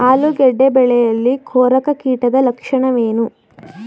ಆಲೂಗೆಡ್ಡೆ ಬೆಳೆಯಲ್ಲಿ ಕೊರಕ ಕೀಟದ ಲಕ್ಷಣವೇನು?